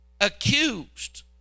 accused